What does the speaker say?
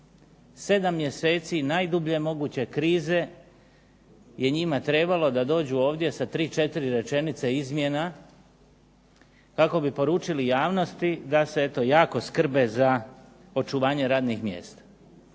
7 mjeseci najdublje moguće krize je njima trebalo da dođu ovdje sa tri, četiri rečenice izmjena kako bi poručili javnosti da se eto jako skrbe za očuvanje radnih mjesta,